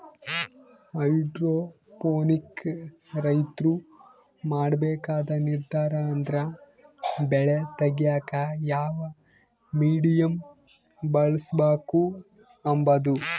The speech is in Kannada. ಹೈಡ್ರೋಪೋನಿಕ್ ರೈತ್ರು ಮಾಡ್ಬೇಕಾದ ನಿರ್ದಾರ ಅಂದ್ರ ಬೆಳೆ ತೆಗ್ಯೇಕ ಯಾವ ಮೀಡಿಯಮ್ ಬಳುಸ್ಬಕು ಅಂಬದು